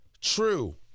true